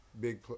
big